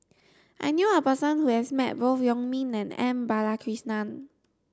I knew a person who has met both Wong Ming and M Balakrishnan